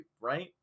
right